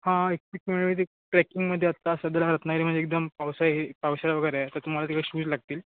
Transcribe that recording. हां एक विक मिळते ट्रेकिंगमध्ये आता सदर रत्नागिरीमध्ये एकदम पावसाळाही पावसाळा वगैरे आहे तर तुम्हाला तिकडे शूज लागतील